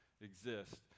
exist